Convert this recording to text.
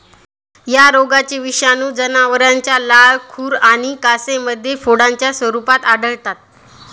या रोगाचे विषाणू जनावरांच्या लाळ, खुर आणि कासेमध्ये फोडांच्या स्वरूपात आढळतात